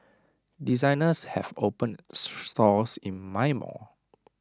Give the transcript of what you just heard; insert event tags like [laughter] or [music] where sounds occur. designers have opened [noise] stores in my mall